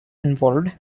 involved